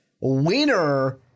winner